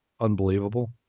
unbelievable